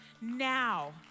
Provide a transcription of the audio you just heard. now